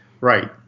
Right